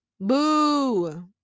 Boo